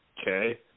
okay